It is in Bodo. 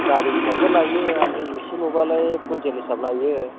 गारि हिसाबबो लायो इसेल'बालाय कुइन्टेल हिसाब लायो